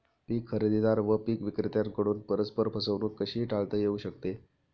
पीक खरेदीदार व पीक विक्रेत्यांकडून परस्पर फसवणूक कशी टाळता येऊ शकते?